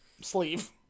sleeve